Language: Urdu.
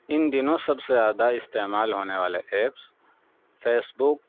ان دنوں سب سے زیادہ استعمال ہونے والے ایپس فیس بک